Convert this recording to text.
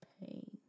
pain